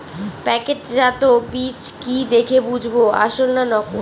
প্যাকেটজাত বীজ কি দেখে বুঝব আসল না নকল?